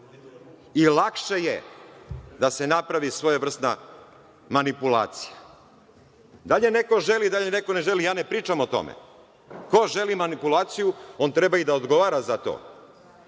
i lakše je da se napravi svojevrsna manipulacija. Da li je neko želi, da li je neko ne želi, ja ne pričam o tome. Ko želi manipulaciju, on treba i da odgovara za to.